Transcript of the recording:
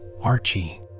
Archie